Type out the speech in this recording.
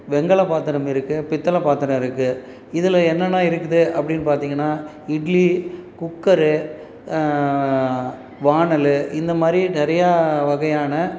வெண்கல பாத்திரம் இருக்குது பித்தளை பாத்திரம் இருக்குது இதில் என்னென்ன இருக்குது அப்படின்னு பார்த்தீங்கன்னா இட்லி குக்கர் வாணலி இந்த மாதிரி நிறையா வகையான